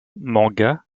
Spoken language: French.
manga